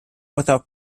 without